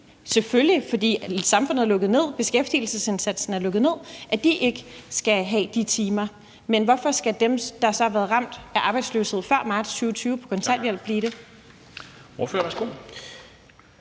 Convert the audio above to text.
selvfølgelig – for samfundet er lukket ned, beskæftigelsesindsatsen er lukket ned – ikke skal optjene de timer; men hvorfor skal dem, der har været ramt af arbejdsløshed før marts 2020 og nu er på kontanthjælp, optjene dem? Kl.